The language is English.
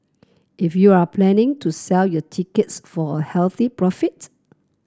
if you're planning to sell your tickets for a healthy profit